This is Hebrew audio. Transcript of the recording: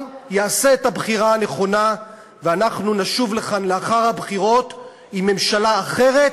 יעשה את הבחירה הנכונה ואנחנו נשוב לכאן לאחר הבחירות עם ממשלה אחרת,